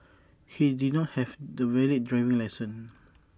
he did not have the valid driving licence